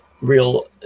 real